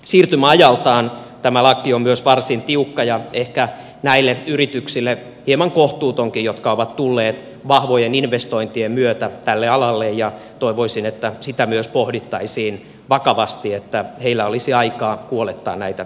siirtymäajaltaan tämä laki on myös varsin tiukka ja ehkä hieman kohtuutonkin näille yrityksille jotka ovat tulleet vahvojen investointien myötä tälle alalle ja toivoisin että sitä myös pohdittaisiin vakavasti että heillä olisi aikaa kuolettaa näitä investointeja